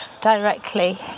directly